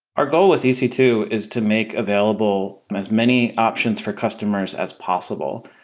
our goal with e c two is to make available as many options for customers as possible.